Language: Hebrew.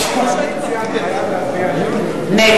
הקואליציה, להצביע נגד.